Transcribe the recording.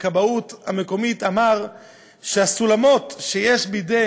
בכבאות המקומית אמר שהסולמות שיש בידי